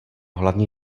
hlavní